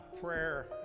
prayer